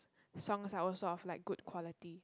songs are also of like good quality